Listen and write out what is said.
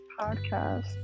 podcast